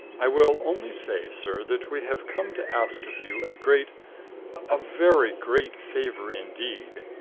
i will only say, sir, that we have come to ask of you a great a very great favor indeed.